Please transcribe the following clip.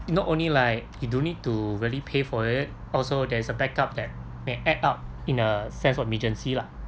not only like you don't need to really pay for it also there is a backup that may act up in a sense of emergency lah